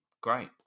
great